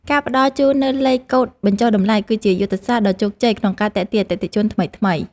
ការផ្ដល់ជូននូវលេខកូដបញ្ចុះតម្លៃ គឺជាយុទ្ធសាស្ត្រដ៏ជោគជ័យក្នុងការទាក់ទាញអតិថិជនថ្មីៗ។